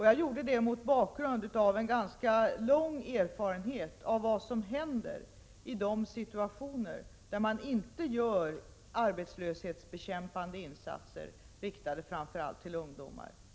Jag gjorde det mot bakgrund av en ganska lång erfarenhet av vad som händer i de situationer där man inte gör arbetslöshetsbekämpande insatser, riktade framför allt till ungdomar.